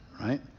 Right